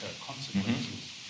consequences